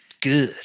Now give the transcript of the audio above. good